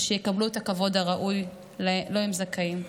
ושיקבלו את הכבוד הראוי שהם זכאים לו.